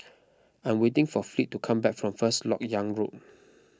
I am waiting for Fleet to come back from First Lok Yang Road